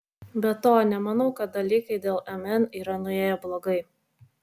be to nemanau kad dalykai dėl mn yra nuėję blogai